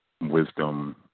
wisdom